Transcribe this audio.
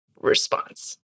response